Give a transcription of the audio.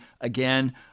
Again